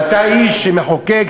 ואתה איש שמחוקק,